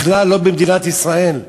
בכלל לא במדינת ישראל.